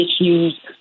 issues